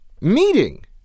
meeting